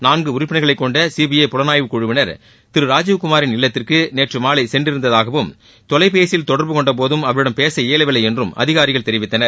நான்கு உறுப்பினர்களை கொண்ட சிபிஐ புலனாய்வுக்கு குழுவினர் திரு ராஜீவ்குமாரின் இல்லத்திற்கு நேற்று மாலை சென்றிருந்ததாகவும் தொலைபேசியில் தொடர்பு கொண்டபோதும் அவரிடம் பேச இயலவில்லை என்றும் அதிகாரிகள் தெரிவித்தனர்